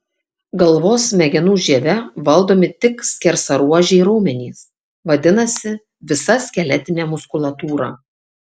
galvos smegenų žieve valdomi tik skersaruožiai raumenys vadinasi visa skeletinė muskulatūra